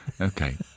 Okay